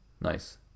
Nice